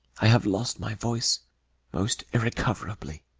i have lost my voice most irrecoverably.